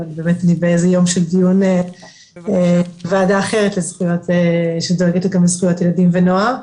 זה יום של דיון וועדה אחרת לזכויות ילדים ונוער.